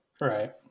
right